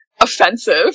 offensive